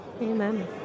Amen